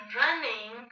running